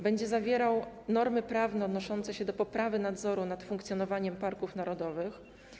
Będzie on zawierał normy prawne odnoszące się do poprawy nadzoru nad funkcjonowaniem parków narodowych.